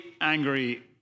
angry